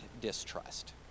distrust